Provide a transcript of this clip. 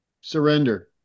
surrender